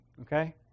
okay